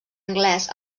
anglès